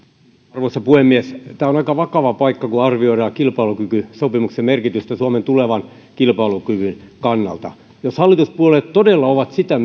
arvoisa puhemies tämä on aika vakava paikka kun arvioidaan kilpailukykysopimuksen merkitystä suomen tulevan kilpailukyvyn kannalta jos hallituspuolueet todella ovat sitä